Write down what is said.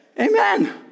Amen